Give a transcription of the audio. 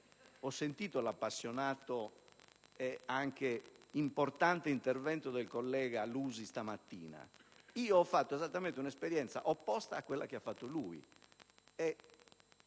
Ho ascoltato l'appassionato ed importante intervento del collega Lusi, stamattina. Io ho vissuto un'esperienza opposta a quella che ha fatto lui,